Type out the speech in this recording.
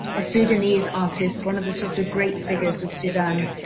a sudanese artist. one of the sort of great figures of sudan,